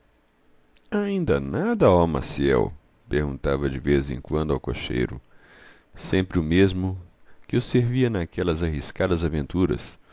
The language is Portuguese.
ainda nada ó maciel perguntava de vez em quando ao cocheiro sempre o mesmo que os servia naquelas arriscadas aventuras